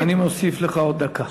אני מוסיף לך עוד דקה.